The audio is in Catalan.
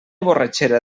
borratxera